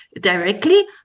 directly